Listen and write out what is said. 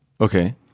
Okay